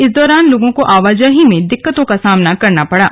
इस दौरान लोगों को आवाजाही में दिक्कतों का सामना करना पड़ा